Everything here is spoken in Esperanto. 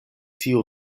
tiu